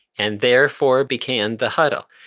and therefore began the huddle.